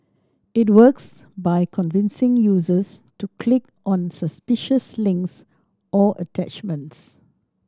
it works by convincing users to click on suspicious links or attachments